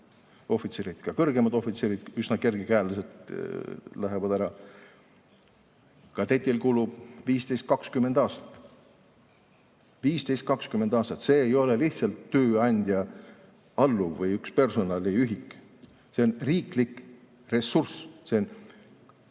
– ja ka kõrgemad ohvitserid üsna kergekäeliselt lähevad ära –, kulub kadetil 15–20 aastat. 15–20 aastat! See ei ole lihtsalt tööandja alluv või üks personaliühik. See on riiklik ressurss. See on